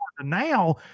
now